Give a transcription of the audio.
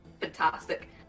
fantastic